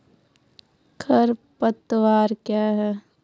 खरपतवार क्या है?